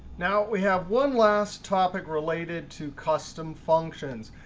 now we have one last topic related to custom functions.